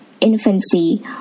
infancy